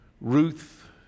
Ruth